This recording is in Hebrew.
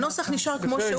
הנוסח נשאר כמו שהוא.